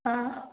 ആ